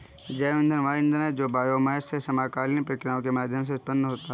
जैव ईंधन वह ईंधन है जो बायोमास से समकालीन प्रक्रियाओं के माध्यम से उत्पन्न होता है